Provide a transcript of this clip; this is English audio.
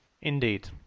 Indeed